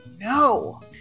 no